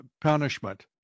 punishment